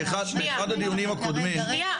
באחד הדיונים הקודמים -- שנייה.